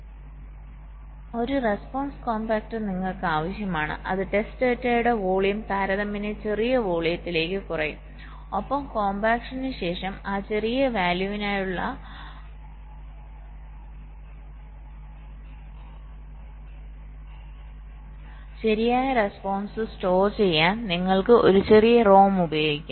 അതിനാൽ ഒരു response compactor നിങ്ങൾക്ക് ആവശ്യമാണ് അത് ടെസ്റ്റ് ഡാറ്റയുടെ വോളിയം താരതമ്യേന ചെറിയ വോള്യത്തിലേക്ക് കുറയ്ക്കും ഒപ്പം കോംപാക്ഷന് ശേഷം ആ ചെറിയ വാല്യൂവിനായുള്ള ശരിയായ റെസ്പോൺസ് സ്റ്റോർ ചെയ്യാൻ നിങ്ങൾക്ക് ഒരു ചെറിയ റോം ഉപയോഗിക്കാം